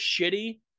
shitty